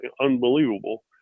unbelievable